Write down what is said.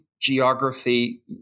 geography